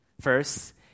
First